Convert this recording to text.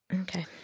okay